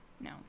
No